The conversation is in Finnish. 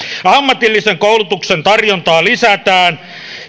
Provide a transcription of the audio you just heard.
ammatillisen koulutuksen tarjontaa lisätään